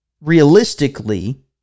realistically